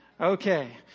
Okay